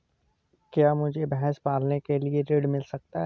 क्या मुझे भैंस पालने के लिए ऋण मिल सकता है?